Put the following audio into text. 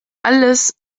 alles